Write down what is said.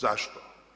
Zašto?